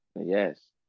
Yes